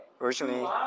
originally